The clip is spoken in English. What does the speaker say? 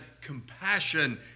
compassion